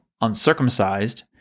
uncircumcised